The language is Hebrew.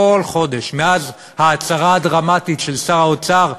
כל חודש מאז ההצהרה הדרמטית של שר האוצר: